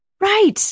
Right